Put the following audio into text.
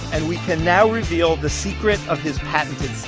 and we can now reveal the secret of his patented